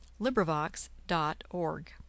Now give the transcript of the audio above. LibriVox.org